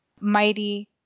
mighty